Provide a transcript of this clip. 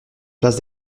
place